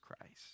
Christ